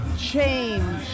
change